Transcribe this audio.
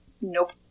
nope